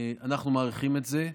אנחנו מעריכים את זה,